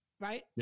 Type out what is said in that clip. right